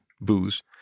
booze